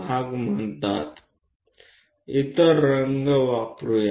ચાલો આપણે બીજા રંગોનો ઉપયોગ કરીએ